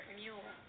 mule